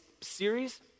series